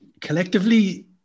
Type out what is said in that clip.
collectively